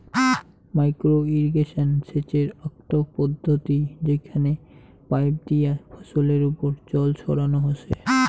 micro irrigation সেচের আকটো পদ্ধতি যেইখানে পাইপ দিয়া ফছলের ওপর জল ছড়ানো হসে